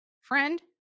Friend